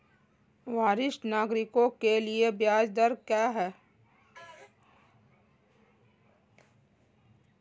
वरिष्ठ नागरिकों के लिए ब्याज दर क्या हैं?